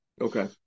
okay